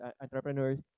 entrepreneurs